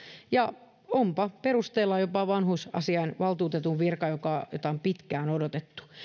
ja onpa perusteilla jopa vanhusasiainvaltuutetun virka jota on pitkään odotettu